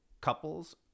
couples